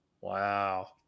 Wow